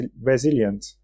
resilient